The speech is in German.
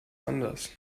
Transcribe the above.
anders